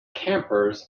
campers